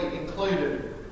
included